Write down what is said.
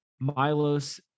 Milos